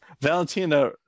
Valentina